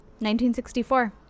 1964